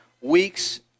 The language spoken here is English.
weeks